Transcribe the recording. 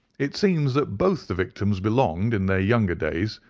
it seems that both the victims belonged, in their younger days,